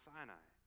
Sinai